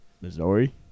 Missouri